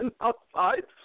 outside